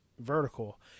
vertical